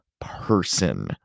person